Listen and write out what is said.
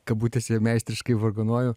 kabutėse meistriškai vargonuoju